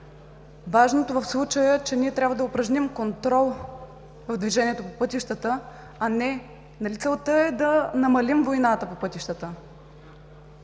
Важното в случая е, че ние трябва да упражним контрол на движението по пътищата. Нали целта е да намалим войната по пътищата?